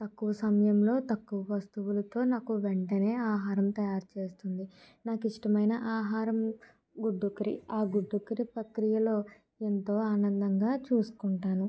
తక్కువ సమయంలో తక్కువ వస్తువులతో నాకు వెంటనే ఆహారం తయారు చేస్తుంది నాకు ఇష్టమైన ఆహారం గుడ్డు కర్రీ ఆ గుడ్డు కర్రీ ప్రక్రియలో ఎంతో ఆనందంగా చూసుకుంటాను